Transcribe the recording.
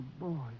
boy